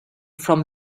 from